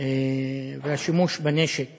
והשימוש בנשק